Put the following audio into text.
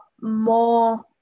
more